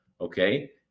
okay